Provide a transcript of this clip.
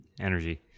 energy